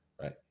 right